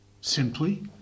simply